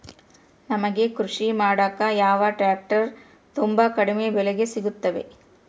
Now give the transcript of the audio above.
ನಮಗೆ ಕೃಷಿ ಮಾಡಾಕ ಯಾವ ಟ್ರ್ಯಾಕ್ಟರ್ ತುಂಬಾ ಕಡಿಮೆ ಬೆಲೆಗೆ ಸಿಗುತ್ತವೆ?